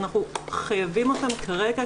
אנחנו חייבים אותן כרגע,